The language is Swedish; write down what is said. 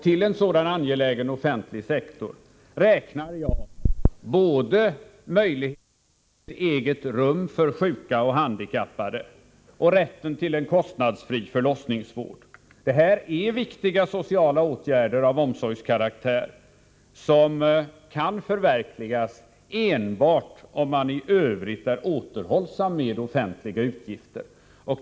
Till en sådan angelägen offentlig sektor räknar jag både möjligheten till ett eget rum för sjuka och handikappade och rätten till en kostnadsfri förlossningsvård. Detta är viktiga sociala åtgärder av omsorgskaraktär, och de kan förverkligas endast om man i övrigt är återhållsam med offentliga utgifter.